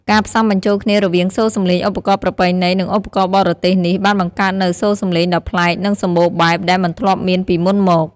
ការផ្សំបញ្ចូលគ្នារវាងសូរសំឡេងឧបករណ៍ប្រពៃណី និងឧបករណ៍បរទេសនេះ បានបង្កើតនូវ សូរសំឡេងដ៏ប្លែក និង សម្បូរបែប ដែលមិនធ្លាប់មានពីមុនមក។